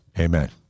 Amen